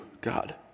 God